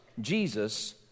Jesus